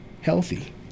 healthy